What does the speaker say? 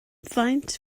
faint